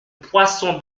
poisson